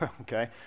okay